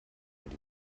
die